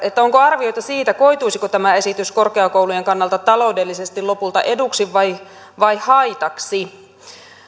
onko arvioita siitä koituisiko tämä esitys korkeakoulujen kannalta taloudellisesti lopulta eduksi vai vai haitaksi